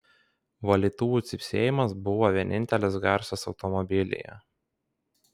valytuvų cypsėjimas buvo vienintelis garsas automobilyje